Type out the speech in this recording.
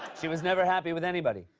she was never happy with anybody.